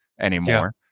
anymore